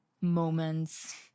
moments